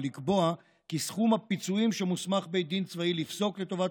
ולקבוע כי סכום הפיצויים שמוסמך בית דין צבאי לפסוק לטובת